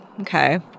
Okay